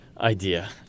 idea